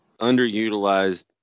underutilized